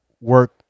Work